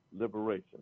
liberation